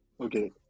okay